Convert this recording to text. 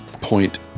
Point